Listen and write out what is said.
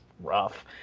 rough